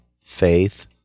faith